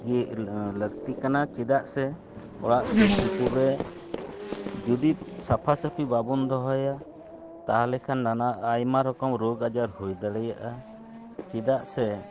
ᱤᱭᱟᱹ ᱞᱟᱹᱠᱛᱤ ᱠᱟᱱᱟ ᱪᱮᱫᱟᱜ ᱥᱮ ᱚᱲᱟᱜ ᱥᱩᱨᱥᱩᱯᱩᱨ ᱨᱮ ᱡᱩᱫᱤ ᱥᱟᱯᱷᱟᱥᱟᱯᱷᱤ ᱵᱟᱵᱚᱱ ᱫᱚᱦᱚᱭᱟ ᱛᱟᱦᱚᱞᱮ ᱠᱷᱟᱱ ᱱᱟᱱᱟ ᱟᱭᱢᱟ ᱨᱚᱠᱚᱢ ᱨᱳᱜᱽ ᱟᱡᱟᱨ ᱦᱩᱭ ᱫᱟᱲᱮᱭᱟᱜᱼᱟ ᱪᱮᱫᱟᱜ ᱥᱮ